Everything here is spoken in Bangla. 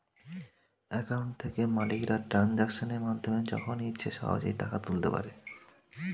অ্যাকাউন্ট থেকে মালিকরা ট্রানজাকশনের মাধ্যমে যখন ইচ্ছে সহজেই টাকা তুলতে পারে